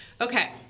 Okay